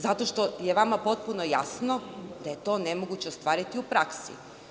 Zato što je vama potpuno jasno da je to nemoguće ostvariti u praksi.